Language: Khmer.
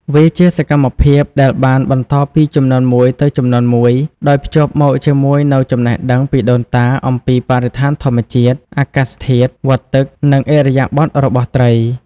វាជាសកម្មភាពដែលត្រូវបានបន្តពីជំនាន់មួយទៅជំនាន់មួយ ដោយភ្ជាប់មកជាមួយនូវចំណេះដឹងពីដូនតាអំពីបរិស្ថានធម្មជាតិ អាកាសធាតុ វដ្តទឹក និងឥរិយាបថរបស់ត្រី។